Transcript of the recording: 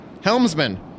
Helmsman